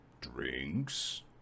Drinks